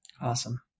Awesome